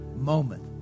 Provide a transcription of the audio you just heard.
moment